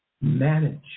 manage